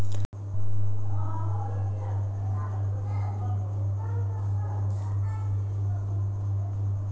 WTO कमजोर देशक आवाज बनि सकै छै